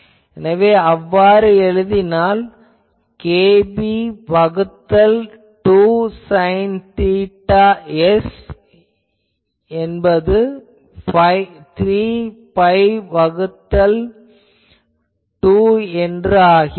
எனவே அவ்வாறு எழுதினால் kb வகுத்தல் 2 sinθs இது 3 பை வகுத்தல் 2 என ஆகிறது